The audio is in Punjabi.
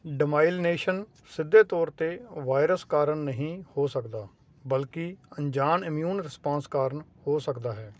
ਡੀਮਾਇਲਨੇਸ਼ਨ ਸਿੱਧੇ ਤੌਰ 'ਤੇ ਵਾਇਰਸ ਕਾਰਨ ਨਹੀਂ ਹੋ ਸਕਦਾ ਬਲਕਿ ਅਣਜਾਣ ਇਮਿਊਨ ਰਿਸਪਾਂਸ ਕਾਰਨ ਹੋ ਸਕਦਾ ਹੈ